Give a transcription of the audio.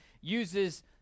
uses